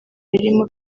birimo